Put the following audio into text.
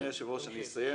אדוני היושב-ראש, אני אסיים.